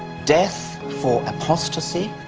death for apostasy